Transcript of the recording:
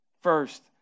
First